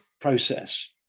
process